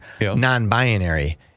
Non-binary